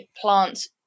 plants